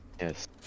Yes